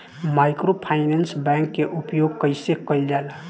Microfinance bank के उपयोग कइसे कइल जाला?